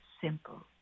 simple